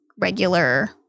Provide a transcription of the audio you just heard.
regular